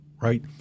right